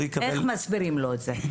איך מסבירים לו את זה?